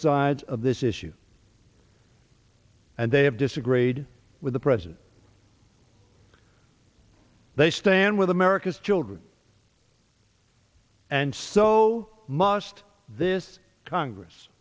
sides of this issue and they have disagreed with the president they stand with america's children and so must this congress